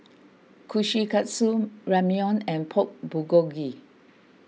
Kushikatsu Ramyeon and Pork Bulgogi